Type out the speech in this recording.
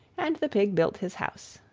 and the pig built his house.